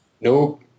Nope